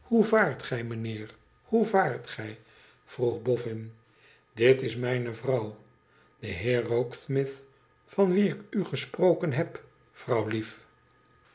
hoe vaart gij mijnheer hoe vaart gij vroeg boffin dit is mijne vrouw de heer rokesmith van wien ik u gesproken heb vrouwlief